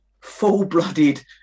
full-blooded